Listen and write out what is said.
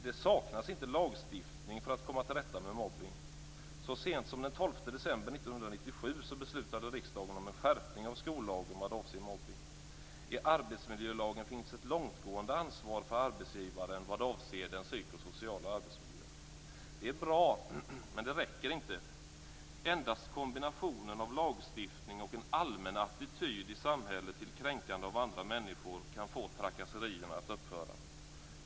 Det saknas inte lagstiftning för att komma till rätta med mobbning. Så sent som den 12 december 1997 beslutade riksdagen om en skärpning av skollagen vad avser mobbning. I arbetsmiljölagen finns ett långtgående ansvar för arbetsgivaren vad avser den psykosociala arbetsmiljön. Detta är bra, men det räcker inte. Endast kombinationen av lagstiftning och en allmän attityd i samhället mot kränkande av andra människor kan få trakasserierna att upphöra.